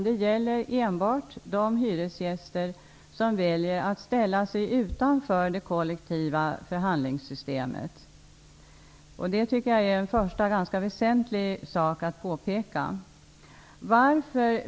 Det gäller enbart de hyresgäster som väljer att ställa sig utanför det kollektiva förhandlingssystemet. Det är ganska väsentligt att påpeka.